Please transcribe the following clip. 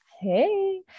Hey